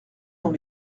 dans